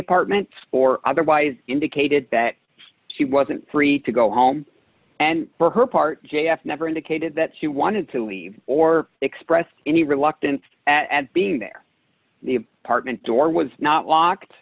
apartment or otherwise indicated that she wasn't free to go home and for her part j f never indicated that she wanted to leave or expressed any reluctance at being there the apartment door was not locked